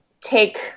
take